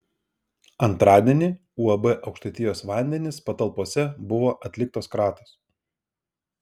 antradienį uab aukštaitijos vandenys patalpose buvo atliktos kratos